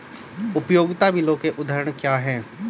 उपयोगिता बिलों के उदाहरण क्या हैं?